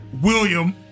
William